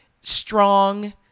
strong